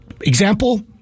Example